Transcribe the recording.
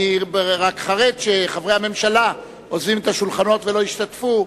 אני רק חרד שחברי הממשלה עוזבים את השולחנות ולא ישתתפו,